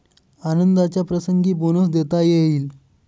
आनंदाच्या प्रसंगी बोनस देता येईल